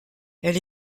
elle